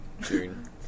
June